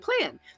plan